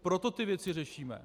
Proto ty věci řešíme.